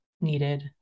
needed